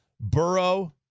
Burrow